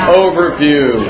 overview